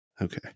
Okay